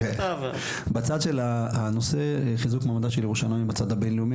בצד של הנושא חיזוק מעמדה ירושלים בצד הבינלאומי